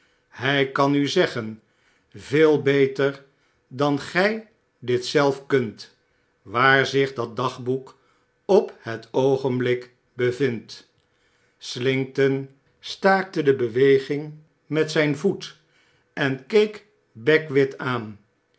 hy kan u zeggen veel beter dan gy dit zelf kunt waar zich dat dagboek op het oogenblik bevindt slinkton staakte de beweging met zyn voet esn keek beckwith aan